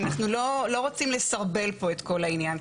אנחנו לא רוצים לסרבל פה את כל העניין.